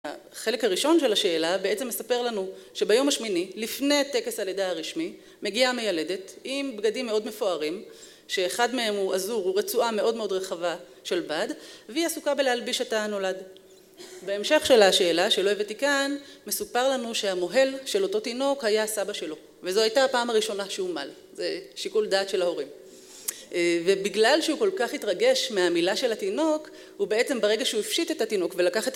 החלק הראשון של השאלה בעצם מספר לנו שביום השמיני, לפני טקס הלידה הרשמי, מגיעה המיילדת עם בגדים מאוד מפוארים, שאחד מהם הוא עזור, הוא רצועה מאוד מאוד רחבה של בד, והיא עסוקה בלהלביש את הנולד. בהמשך של השאלה, שלא הבאתי כאן, מסופר לנו שהמוהל של אותו תינוק היה הסבא שלו, וזו הייתה הפעם הראשונה שהוא מל, זה שיקול דעת של ההורים. ובגלל שהוא כל כך התרגש מהמילה של התינוק, הוא בעצם ברגע שהוא הפשיט את התינוק ולקח את ה...